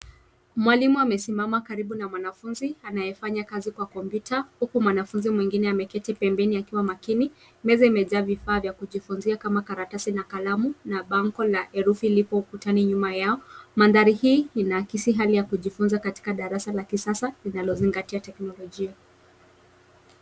Mwalimu amesimama karibu na mwanafunzi anayefanya kazi kwa komputa huku mwanafunzi mwingine ameketi pembeni akiwa makini meza imejaa vifaa vya kujifunzia kama karatasi na kalamu na bango la herufi lipo ukutani nyuma yao. mandhari hii inaakisi hali ya kujifunza katika darasa la kisasa linalo zingatia teknolojia.